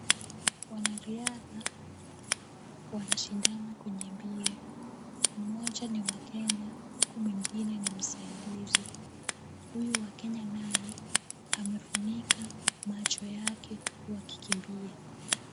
Wanariadha wanashindana kwenye mbio. Mmoja ni wa Kenya huku mwingine ni msaidizi. Huyu wa Kenya baye amefunika macho yake huku akikimbia.